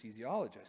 anesthesiologist